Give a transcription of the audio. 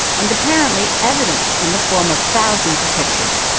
and apparently evidence in the form of thousands of pictures.